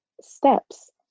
steps